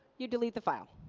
you delete the file.